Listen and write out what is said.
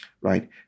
right